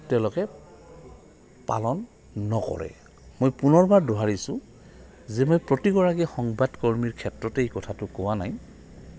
তেওঁলোকে পালন নকৰে মই পুনৰবাৰ দোহাৰিছোঁ যে মই প্ৰতিগৰাকী সংবাদকৰ্মীৰ ক্ষেত্ৰতেই এই কথাটো কোৱা নাই